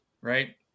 Right